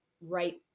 Right